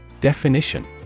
definition